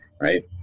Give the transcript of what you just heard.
Right